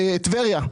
טבריה.